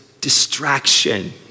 distraction